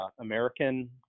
american